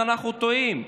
אז אנחנו טועים.